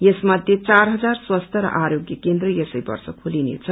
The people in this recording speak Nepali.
यसमध्ये चार हजार स्वास्थ्य र आरोग्य केन्द्र यसै वर्ष खोलिने छ